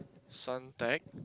Suntec